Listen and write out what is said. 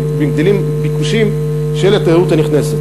מגדילים ביקושים של התיירות הנכנסת.